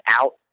out